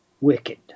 wicked